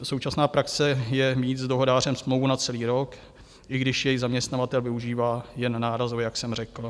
Současná praxe je mít s dohodářem smlouvu na celý rok, i když jej zaměstnavatel využívá jen nárazově, jak jsem řekl.